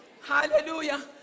Hallelujah